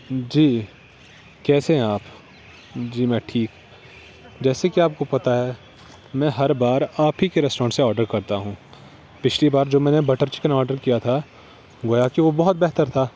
جی کیسے ہیں آپ جی میں ٹھیک جیسے کہ آپ کو پتا ہے میں ہر بار آپ ہی کے ریسٹورنٹ سے آڈر کرتا ہوں پچھلی بار جب میں نے بٹر چکن آڈر کیا تھا گویا کہ وہ بہت بہتر تھا